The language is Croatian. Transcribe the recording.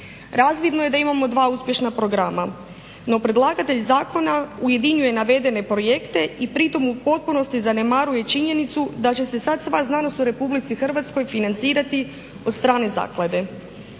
Razvidno je da imamo dva uspješna programa. No predlagatelj zakona ujedinjuje navedene projekte i pri tome u potpunosti zanemaruje činjenicu da će se sada sva znanost u RH financirati od strane zaklade.